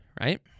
right